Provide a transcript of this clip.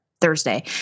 Thursday